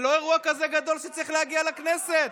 זה לא אירוע כזה גדול שצריך להגיע לכנסת.